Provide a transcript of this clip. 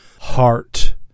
heart